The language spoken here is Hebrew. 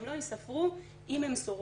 הם לא ייספרו אם הם סורבו